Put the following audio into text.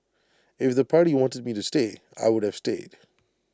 if the party wanted me to stay I would have stayed